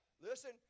listen